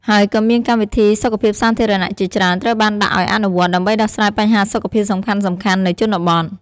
ហើយក៏មានកម្មវិធីសុខភាពសាធារណៈជាច្រើន ត្រូវបានដាក់ឱ្យអនុវត្ត ដើម្បីដោះស្រាយបញ្ហាសុខភាពសំខាន់ៗនៅជនបទ។